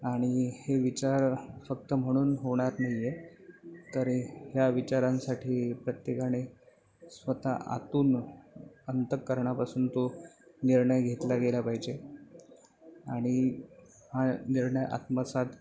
आणि हे विचार फक्त म्हणून होणार नाही आहे तरी ह्या विचारांसाठी प्रत्येकाने स्वतः आतून अंतकरणापासून तो निर्णय घेतला गेला पाहिजे आणि हा निर्णय आत्मसात